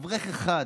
אברך אחד,